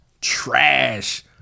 trash